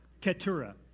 Keturah